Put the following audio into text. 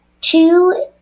Two